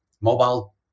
mobile